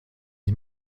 sie